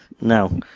No